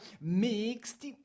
mixed